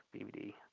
DVD